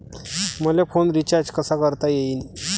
मले phone recharge कसा करता येईन?